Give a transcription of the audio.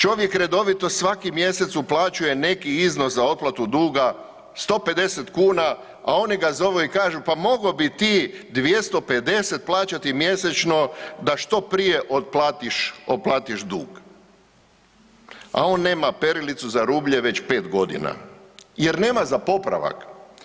Čovjek redovito svaki mjesec uplaćuje neki iznos za otplatu duga 150 kuna, a oni ga zovu i kažu pa mogao bi ti 250 plaćati mjesečno da što prije otplatiš, otplatiš dug, a on nema perilicu za rublje već 5 godina jer nema za popravak.